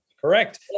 Correct